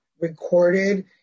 recorded